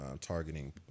targeting